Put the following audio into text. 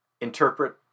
interpret